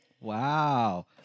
wow